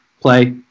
play